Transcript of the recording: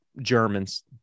Germans